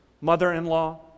mother-in-law